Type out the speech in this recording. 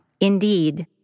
Indeed